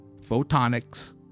Photonics